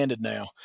now